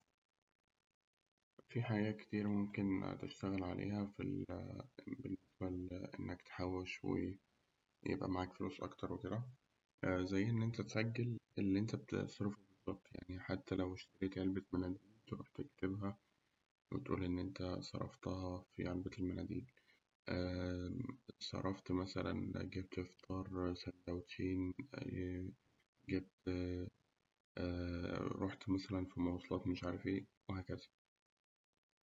فيه حاجات كتير ممكن تشتغل عليها في ال بالنسبة لإنك تحوش ويبقى معاك فلوس أكتر وكده زي إن أنت تسجل اللي أنت بتصرفه بالظبط حتى لو اشتريت علبة تروح تكتبها، وتقول إن أنت صرفتها في علبة المناديل. صرفت مثلاً جبت فطار ساندوتشين. جبت رحت مثلاً في مواصلات مش عارف إيه وهكذا.